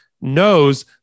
knows